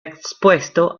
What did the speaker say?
expuesto